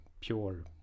pure